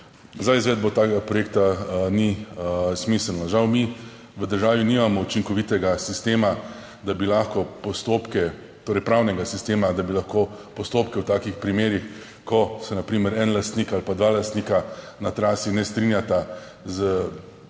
za izvedbo takega projekta ni smiselno. Žal mi v državi nimamo učinkovitega sistema, da bi lahko postopke, torej pravnega sistema, da bi lahko postopke v takih primerih, ko se na primer en lastnik ali pa dva lastnika na trasi ne strinjata z umestitvijo